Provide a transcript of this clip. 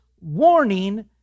warning